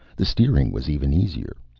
the steering was even easier.